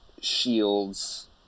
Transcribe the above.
shields